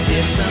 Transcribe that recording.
Yes